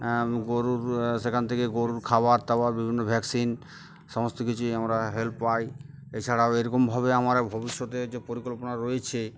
গরুর সেখান থেকে গরুর খাবার দাবার বিভিন্ন ভ্যাকসিন সমস্ত কিছুই আমরা হেল্প পাই এছাড়াও এরকমভাবে আমার ভবিষ্যতের যে পরিকল্পনা রয়েছে